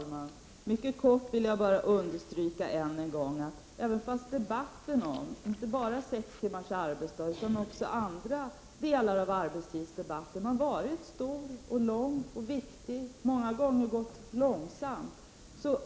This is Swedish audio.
Fru talman! Jag vill bara mycket kort än en gång understryka följande: Debatten om sex timmars arbetsdag och även om andra aspekter av arbetstiden har varit omfattande och lång och viktig. Den har många gånger gått långsamt.